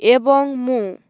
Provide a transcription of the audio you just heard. ଏବଂ ମୁଁ